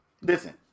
Listen